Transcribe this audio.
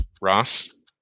Ross